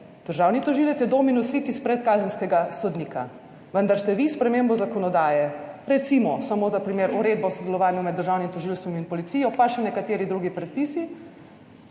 državni tožilec je dominus litis predkazenskega sodnika, vendar ste vi s spremembo zakonodaje, recimo samo za primer uredbe o sodelovanju med državnim tožilstvom in policijo, pa še nekateri drugi predpisi,